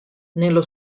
nello